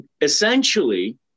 essentially